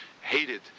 hated